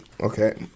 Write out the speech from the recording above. Okay